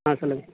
ஆ சொல்லுங்கள்